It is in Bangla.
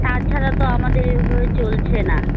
তাছাড়া তো আমাদের এভাবে চলছে না